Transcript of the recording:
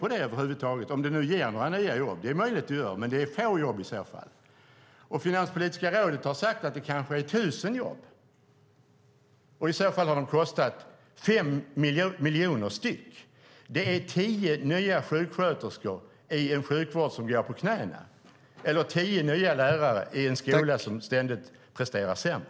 Om det över huvud taget ger några nya jobb - det är möjligt att så är fallet - är det i så fall fråga om få jobb. Finanspolitiska rådet har sagt att det kanske handlar om 1 000 jobb, och de har då kostat 5 miljoner styck. Det är tio nya sjuksköterskor i en sjukvård som går på knäna eller tio nya lärare i en skola som ständigt presterar sämre.